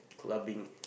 clubbing